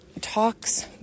talks